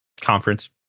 conference